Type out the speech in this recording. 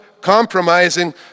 compromising